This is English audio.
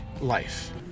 life